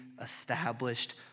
established